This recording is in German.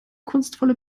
kunstvolle